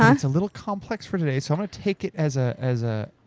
um it's a little complex for today, so don't take it as, ah as ah